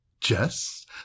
Jess